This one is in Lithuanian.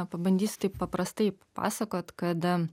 pabandysiu taip paprastai pasakot kad